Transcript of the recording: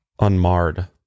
unmarred